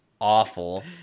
awful